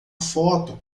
foto